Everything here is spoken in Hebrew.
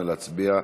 נא להצביע.